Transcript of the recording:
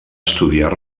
estudiar